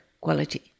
quality